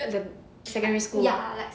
at the secondary school